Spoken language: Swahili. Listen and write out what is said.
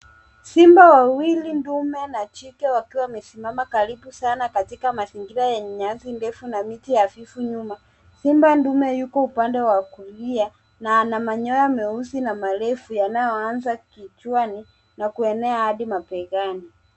Simba wawili ndume na jike wakiwa wamesimama karibu sana katika mazingira enye nyasi ndefu na miti hafifu nyuma. Simba ndume yuko uoande wa kulia na ana manyoa meusi na marefu yanayoanza kichwani na kuenea hadi mapengani.